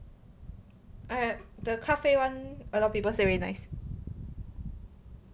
ah ya the 咖啡 [one] a lot of people say very nice